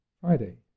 Friday